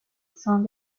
son